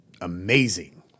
amazing